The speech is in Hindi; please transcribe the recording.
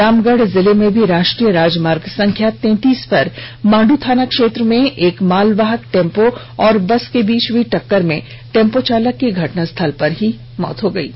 रामगढ जिले में भी राष्ट्रीय राजमार्ग संख्या तैंतीस पर मांड थानाक्षेत्र में एक मालवाहक टेम्पो और बस में हई टक्कर में टेम्पो चालक की घटनास्थल पर ही मौत हो गयी